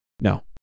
No